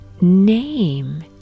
name